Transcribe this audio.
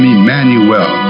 Emmanuel